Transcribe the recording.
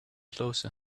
closer